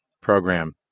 program